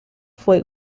fue